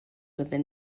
within